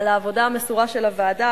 על העבודה המסורה של הוועדה,